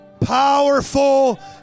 powerful